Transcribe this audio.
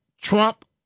Trump